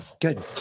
good